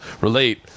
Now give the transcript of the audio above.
relate